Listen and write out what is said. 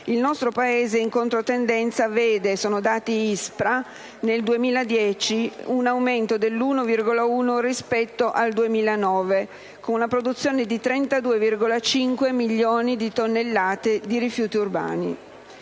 il nostro Paese, in controtendenza, vede (sono dati ISPRA) nel 2010 un aumento dell'1,1 rispetto al 2009, con una produzione di poco meno di 32,5 milioni di tonnellate di rifiuti urbani.